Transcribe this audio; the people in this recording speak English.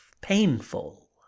painful